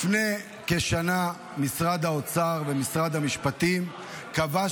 לפני כשנה משרד האוצר ומשרד המשפטים קבעו